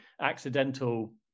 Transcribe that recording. accidental